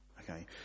okay